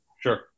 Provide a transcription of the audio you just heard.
Sure